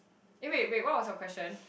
eh wait wait what was your question